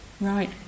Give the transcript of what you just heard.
right